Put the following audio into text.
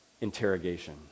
interrogation